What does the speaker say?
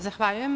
Zahvaljujem.